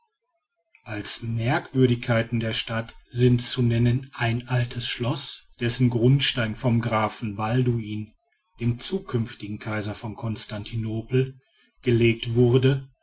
als merkwürdigkeiten der stadt sind zu nennen ein altes schloß dessen grundstein vom grafen balduin dem zukünftigen kaiser von constantinopel gelegt wurde